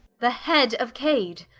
the head of cade?